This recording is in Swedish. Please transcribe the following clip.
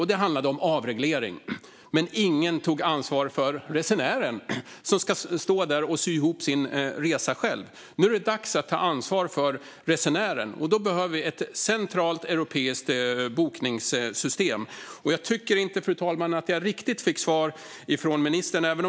Och det handlade om avreglering, men ingen tog ansvar för resenären som ska stå där och själv sy ihop sin resa. Nu är det dags att ta ansvar för resenären. Då behöver vi ett centralt europeiskt bokningssystem. Jag tycker inte, fru talman, att jag riktigt fick svar från ministern.